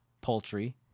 poultry